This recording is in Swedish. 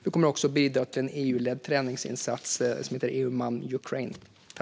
Vi kommer också att bidra till den EU-ledda träningsinsatsen Eumam Ukraina.